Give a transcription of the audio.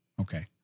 Okay